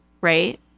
right